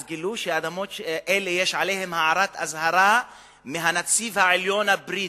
אז גילו שאדמות אלה יש עליהן הערת אזהרה מהנציב העליון הבריטי.